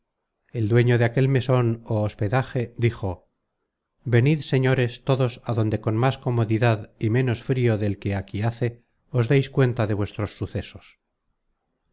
el dueño de aquel meson ó hospedaje dijo venid señores todos á donde con más comodidad y menos frio del que aquí hace os deis cuenta de vuestros sucesos